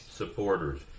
supporters